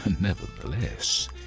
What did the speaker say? nevertheless